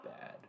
bad